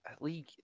League